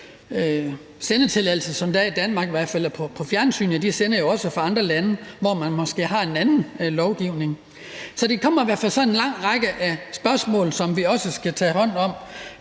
sendetilladelser, som der er i Danmark, i hvert fald hvad angår fjernsyn, jo også udgår fra andre lande, hvor man måske har en anden lovgivning. Der kommer i hvert fald så en lang række af spørgsmål, som vi også skal tage hånd om